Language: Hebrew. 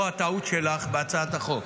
פה הטעות שלך בהצעת החוק.